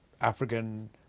African